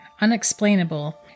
unexplainable